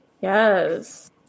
Yes